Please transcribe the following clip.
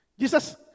Jesus